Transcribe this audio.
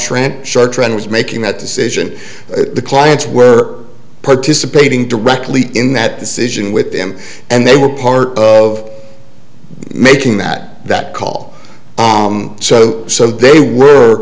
should trend was making that decision the clients were participating directly in that decision with them and they were part of making that that call so so they were